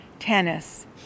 tennis